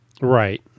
Right